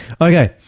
Okay